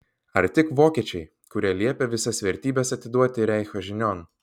ar tik vokiečiai kurie liepė visas vertybes atiduoti reicho žinion